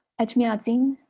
etchmiadzin,